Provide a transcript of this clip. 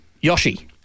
Yoshi